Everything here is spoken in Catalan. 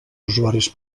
usuaris